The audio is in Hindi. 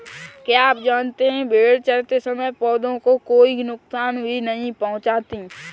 क्या आप जानते है भेड़ चरते समय पौधों को कोई नुकसान भी नहीं पहुँचाती